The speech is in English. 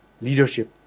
Leadership